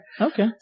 okay